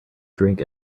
drink